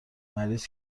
مریض